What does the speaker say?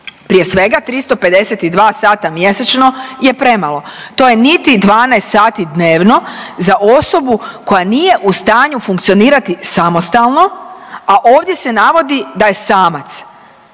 Prije svega 352 sata mjesečno je premalo. To je niti 12 sati dnevno za osobu koja nije u stanju funkcionirati samostalno, a ovdje se navodi da je samac.